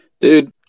Dude